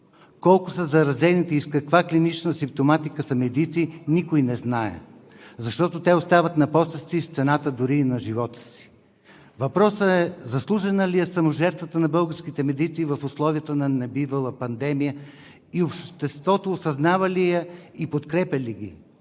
Колко са заразените медици и с каква клинична симптоматика са никой не знае, защото те остават на поста си с цената дори и на живота си. Въпросът е: заслужена ли е саможертвата на българските медици в условията на небивала пандемия? Осъзнава ли я обществото и подкрепя ли ги?